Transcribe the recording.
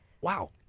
Wow